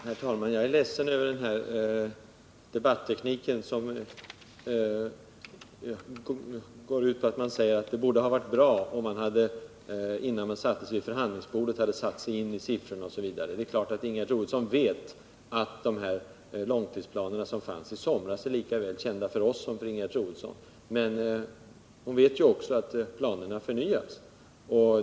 Herr talman! Jag är ledsen över den debatteknik, som går ut på att det hade varit bra om man, innan man tog plats vid förhandlingsbordet, hade satt sig in i siffrorna osv. Ingegerd Troedsson inser säkert att de långtidsplaner som fanns i somras är lika väl kända för oss som för henne, men hon vet också att planerna förnyas.